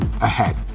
ahead